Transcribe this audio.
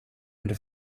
into